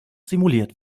simuliert